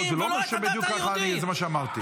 זה לא אומר שבדיוק ככה זה מה שאמרתי.